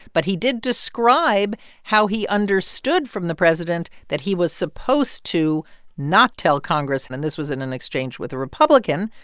but he did describe how he understood from the president that he was supposed to not tell congress. and and this was in an exchange with a republican,